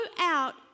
out